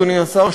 אדוני השר,